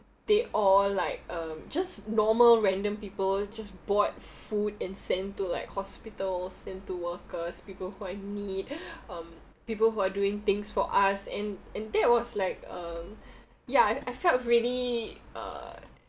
they all like uh just normal random people just bought food and send to like hospitals send to workers people who are in need um people who are doing things for us and and that was like um yeah I I felt really uh